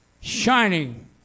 shining